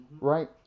right